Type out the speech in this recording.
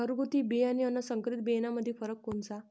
घरगुती बियाणे अन संकरीत बियाणामंदी फरक कोनचा?